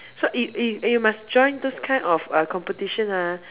so if if you must join those kind of uh competition ah